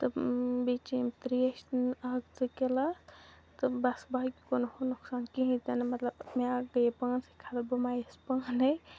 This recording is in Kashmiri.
تہٕ بیٚیہِ چیٚیَم ترٛیش اَکھ زٕ گِلاس تہٕ بَس باقٕے گوٚو نہٕ ہُہ نُقصان کِہیٖنۍ تِنہٕ مطلب مےٚ گٔیے پانسٕے ختم بہٕ مَیَس پانَے